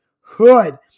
Hood